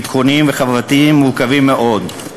ביטחוניים וחברתיים מורכבים מאוד.